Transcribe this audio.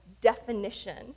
definition